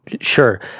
Sure